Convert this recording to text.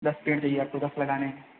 दस पेड़ चाहिए आपको दस लगाने हैं